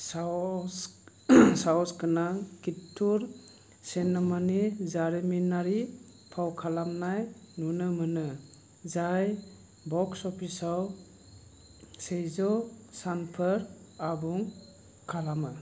साहस साहस गोनां कितुर सेनेमानि जारिमिनारि फाव खालामनाय नुनो मोनो जाय बक्स अफिसाव सेजौ सानफोर आबुं खालामो